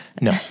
No